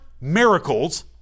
miracles